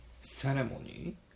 Ceremony